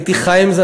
הייתי חי עם זה,